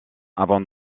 avant